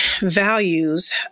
values